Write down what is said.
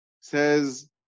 says